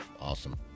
Awesome